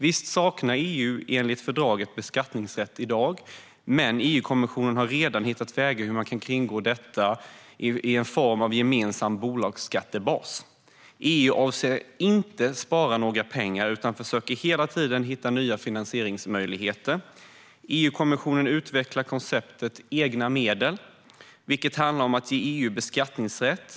Visst saknar EU enligt fördraget beskattningsrätt i dag, men EU-kommissionen har redan hittat vägar för att kringgå detta i form av en gemensam bolagsskattebas. EU avser inte att spara några pengar utan försöker hela tiden hitta nya finansieringsmöjligheter. EU-kommissionen utvecklar konceptet om egna medel. Det handlar om att ge EU beskattningsrätt.